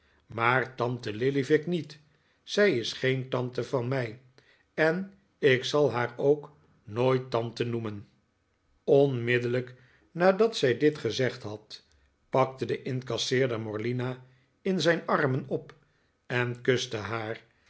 maar tante lillyvick niet zij is geen tante van mij en ik zal haar ook nooit tante noemen nikolaas nickleby onmiddellijk nadat zij dit gezegd had pakte de incasseerder morlina in zijn armen op en kuste haar